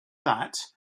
that